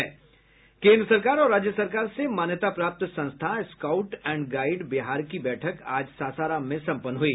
केन्द्र सरकार और राज्य सरकार से मान्यता प्राप्त संस्था स्काउट एण्ड गाइड बिहार की बैठक आज सासाराम में संपन्न हुई